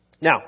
Now